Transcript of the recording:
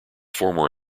former